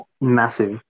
massive